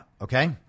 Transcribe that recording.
Okay